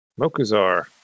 Mokuzar